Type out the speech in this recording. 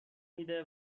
میده